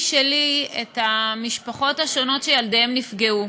שלי את המשפחות השונות שילדיהם נפגעו,